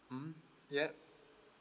mm yup